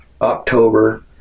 October